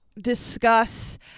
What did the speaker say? discuss